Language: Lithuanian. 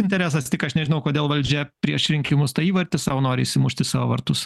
interesas tik aš nežinau kodėl valdžia prieš rinkimus tą įvartį sau nori įmušti į savo vartus